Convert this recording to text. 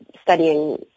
studying